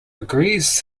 agrees